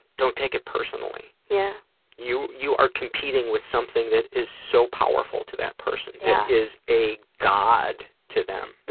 don't take it personally. yeah you you are competing with something that is so powerful to that person, that is a god to them.